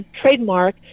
trademark